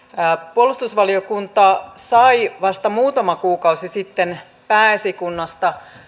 puolustusvaliokunta sai vasta muutama kuukausi sitten pääesikunnasta